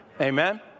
Amen